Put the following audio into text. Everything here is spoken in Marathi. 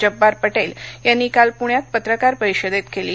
जब्बार पटेल यांनी काल पूण्यात पत्रकार परिषदेत केली